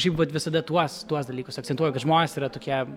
šiaip vat visada tuos tuos dalykus akcentuoju kad žmonės yra tokie